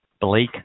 Blake